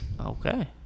okay